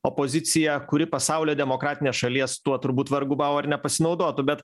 opozicija kuri pasaulio demokratinės šalies tuo turbūt vargu bau ar nepasinaudotų bet